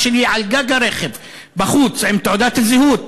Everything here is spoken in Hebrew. שלי על גג הרכב בחוץ עם תעודת הזהות.